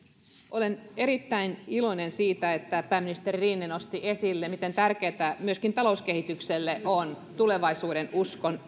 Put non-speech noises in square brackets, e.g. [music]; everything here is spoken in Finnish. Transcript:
olen erittäin iloinen siitä että pääministeri rinne nosti esille miten tärkeätä myöskin talouskehitykselle on tulevaisuudenuskon [unintelligible]